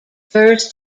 first